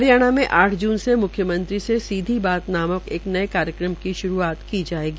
हरियाणा में आठ जून से मुख्यमंत्री से सीधी बात नामक एक नये कार्यक्रम की श्रूआत की जायेगा